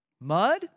Mud